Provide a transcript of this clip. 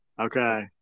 Okay